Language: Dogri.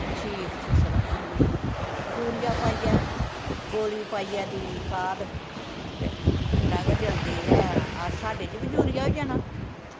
ठीक फसल होंदी यूरिया पाइयै गोली पाइयै दुई खाद ते उ'न्ना गै जल्दी गै साड्डे च बी यूरिया होई जाना